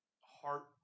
heart